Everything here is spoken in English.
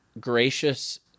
gracious